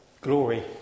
Glory